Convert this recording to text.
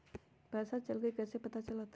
पैसा चल गयी कैसे पता चलत?